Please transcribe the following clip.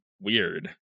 weird